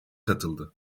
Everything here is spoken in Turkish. katıldı